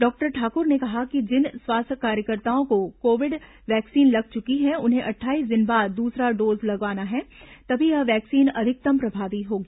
doctor Thakur ने कहा कि जिन स्वास्थ्य कार्यकर्ताओं को कोविड वैक्सीन लग चुकी है उन्हें अट्ठाईस दिन बाद दूसरा डोज लगवाना है तभी यह वैक्सीन अधिकतम प्रभावी होगी